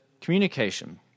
communication